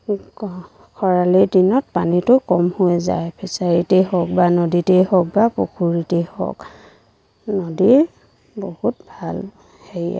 খৰালিৰ দিনত পানীটো কম হৈ যায় ফিচাৰীতেই হওক বা নদীতেই হওক বা পুখুৰীতেই হওক নদী বহুত ভাল হেৰি